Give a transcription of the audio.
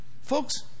Folks